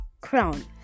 crown